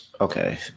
okay